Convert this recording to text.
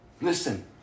Listen